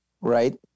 Right